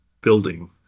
building